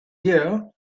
year